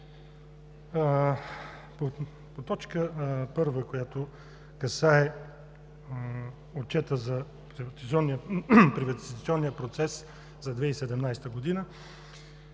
По точка първа, която касае Отчета за приватизационния процес за 2017 г.